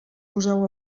poseu